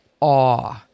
awe